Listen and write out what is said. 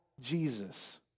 Jesus